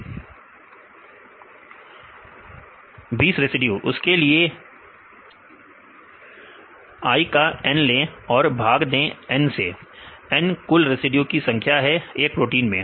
विद्यार्थी 20 रेसिड्यू उसके लिए I का n ले और भाग दे N से N कुल रेसिड्यू की संख्या है एक प्रोटीन में